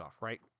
right